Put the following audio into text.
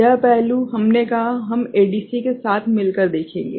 यह पहलू हमने कहा हम एडीसी के साथ मिलकर देखेंगे